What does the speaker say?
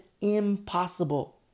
impossible